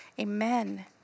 Amen